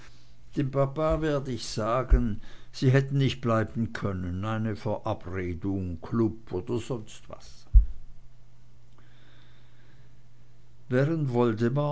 dem papa werd ich sagen sie hätten nicht bleiben können eine verabredung klub oder sonstwas während woldemar